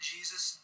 Jesus